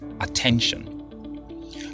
attention